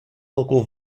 local